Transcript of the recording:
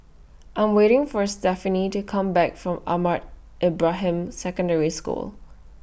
I Am waiting For Stephanie to Come Back from Ahmad Ibrahim Secondary School